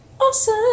awesome